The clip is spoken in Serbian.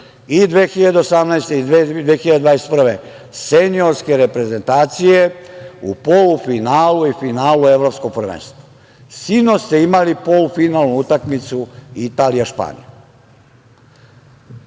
i 2018. i 2021. godine seniorske reprezentacije u polufinalu i finalu Evropskog prvenstva. Sinoć ste imali polufinalnu utakmicu Italija-Španija.